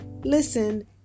listen